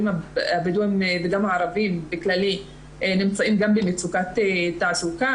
הבדואים וגם הגברים הערבים באופן כללי נמצאים במצוקת תעסוקה,